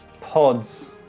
pods